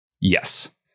Yes